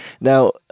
Now